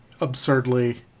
absurdly